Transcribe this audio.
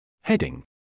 Heading